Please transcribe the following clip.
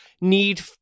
need